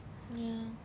ya